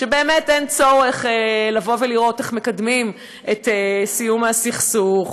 שבאמת אין צורך לבוא ולראות איך מקדמים את סיום הסכסוך,